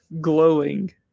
glowing